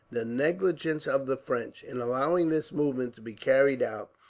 the negligence of the french, in allowing this movement to be carried out,